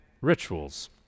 rituals